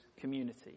community